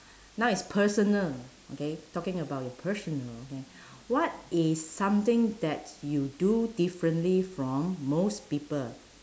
now is personal okay talking about your personal okay what is something that you do differently from most people